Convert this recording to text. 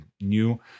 new